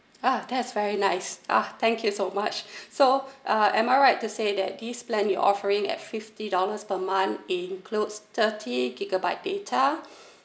ah that is very nice uh thank you so much so uh am I right to say that this plan you offering at fifty dollars per month include thirty gigabyte dat